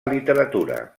literatura